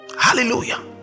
hallelujah